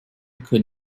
could